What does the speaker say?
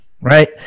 right